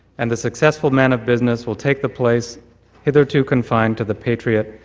and the successful men of business will take the place hitherto confined to the patriot,